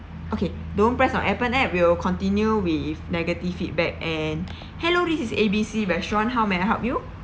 okay don't press on Appen app we will continue with negative feedback and hello this is A B C restaurant how may I help you